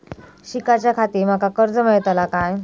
शिकाच्याखाती माका कर्ज मेलतळा काय?